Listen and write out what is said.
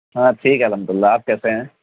ہاں ٹھیک ہے الحمد للہ آپ کیسے ہیں